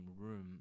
room